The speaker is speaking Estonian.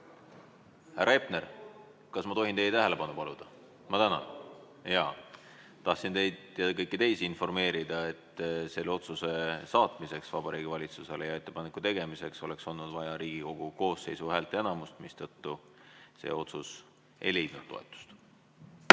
Hepner, kas ma tohin teie tähelepanu paluda? Ma tänan! Tahtsin teid ja kõiki teisi informeerida, et selle otsuse saatmiseks Vabariigi Valitsusele ja ettepaneku tegemiseks oleks olnud vaja Riigikogu koosseisu häälteenamust, mistõttu see otsus ei leidnud toetust.